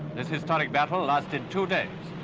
this historic battle lasted two days.